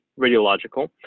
radiological